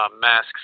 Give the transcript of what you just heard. masks